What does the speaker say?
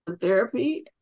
therapy